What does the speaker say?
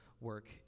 work